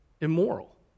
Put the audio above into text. immoral